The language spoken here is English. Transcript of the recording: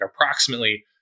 approximately